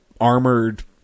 armored